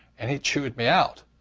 and he chewed me out.